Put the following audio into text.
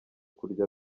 kurya